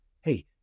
hey